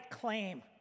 claim